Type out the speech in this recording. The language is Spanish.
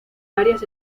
varias